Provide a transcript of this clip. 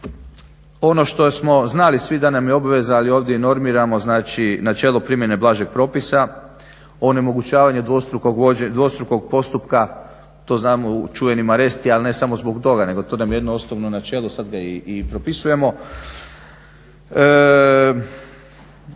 Ono što smo znali svi da nam je obveza ali ovdje i normiramo, znači načelo primjene blažeg propisa onemogućavanje dvostrukog postupka. To znamo čuveni MARESTI, ali ne samo zbog toga nego to nam je jedno osnovno načelo, sad ga i propisujemo.